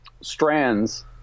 strands